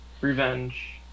Revenge